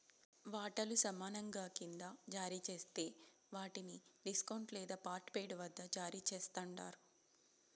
వాటాలు సమానంగా కింద జారీ జేస్తే వాట్ని డిస్కౌంట్ లేదా పార్ట్పెయిడ్ వద్ద జారీ చేస్తండారు